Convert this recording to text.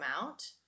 out